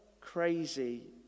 crazy